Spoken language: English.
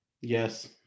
Yes